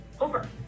over